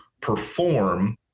perform